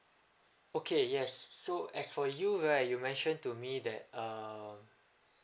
okay yes so as for you right you mentioned to me that um